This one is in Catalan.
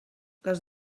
les